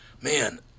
Man